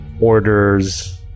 orders